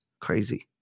Crazy